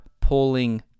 pulling